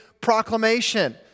proclamation